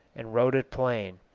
and wrote it plain.